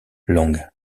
long